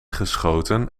geschoten